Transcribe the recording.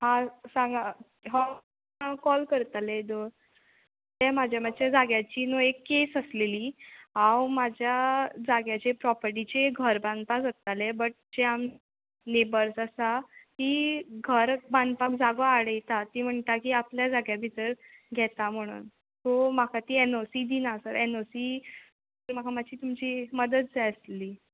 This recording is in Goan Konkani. हा सांगां ह कॉल करतालें एदोळ ते म्हाजे माच्चे जाग्याची न्हू एक केस आसलेली आंव म्हाज्या जाग्याचे प्रॉपटीचे एक घर बांदपा सोदतालें बट जे आम नेबर्ज आसा ती घर बांदपाक जागो आडयता ती म्हणटा की आपल्या जाग्या भितर घेता म्हणून सो म्हाका ती एन ओ सी दिना सर एन ओ सी ती म्हाका माच्ची तुमची मदत जाय आसलली